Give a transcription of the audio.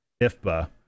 IFBA